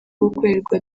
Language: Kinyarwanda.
gukorerwa